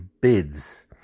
bids